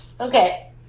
Okay